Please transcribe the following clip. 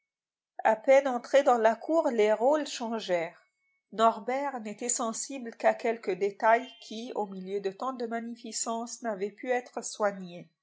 à peine entrés dans la cour les rôles changèrent norbert n'était sensible qu'à quelques détails qui au milieu de tant de magnificence n'avaient pu être soignés